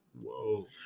Whoa